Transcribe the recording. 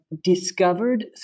discovered